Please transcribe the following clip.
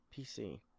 PC